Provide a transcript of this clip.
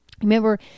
remember